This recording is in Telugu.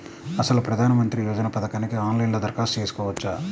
అసలు ప్రధాన మంత్రి యోజన పథకానికి ఆన్లైన్లో దరఖాస్తు చేసుకోవచ్చా?